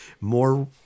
more